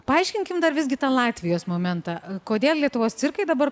paaiškinkim dar visgi tą latvijos momentą kodėl lietuvos cirkai dabar